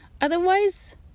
Otherwise